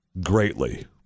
greatly